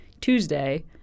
Tuesday